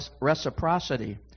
reciprocity